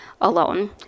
alone